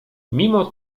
mimo